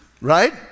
Right